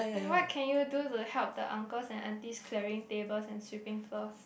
and what can you do to help the uncles and aunties clearing tables and sweeping floors